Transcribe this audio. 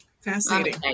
fascinating